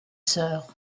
sœurs